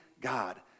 God